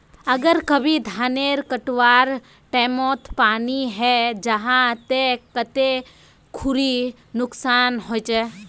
अगर कभी धानेर कटवार टैमोत पानी है जहा ते कते खुरी नुकसान होचए?